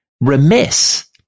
Remiss